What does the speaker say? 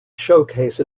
showcase